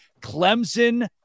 Clemson